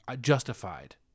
justified